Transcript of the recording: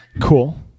Cool